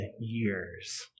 years